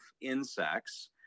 insects